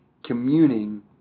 Communing